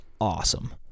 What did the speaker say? awesome